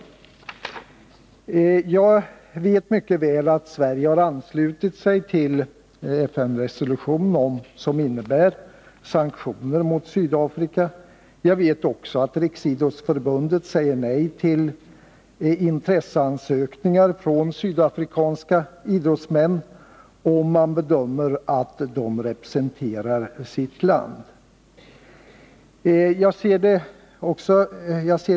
Jag vet mycket väl att Sverige har anslutit sig till en FN-resolution som innebär sanktioner mot Sydafrika. Jag vet också att Riksidrottsförbundet säger nej till intresseansökningar från sydafrikanska idrottsmän om man bedömer att de representerar sitt land.